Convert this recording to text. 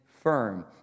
firm